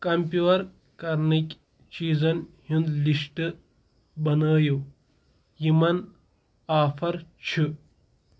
کمپیُور کرنٕکۍ چیٖزن ہُنٛد لِسٹ بنٲیِو یِمَن آفر چھُ